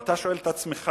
ואתה שואל את עצמך